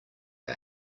are